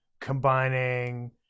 combining